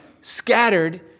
scattered